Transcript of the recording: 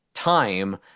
time